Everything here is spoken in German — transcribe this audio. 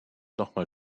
nochmal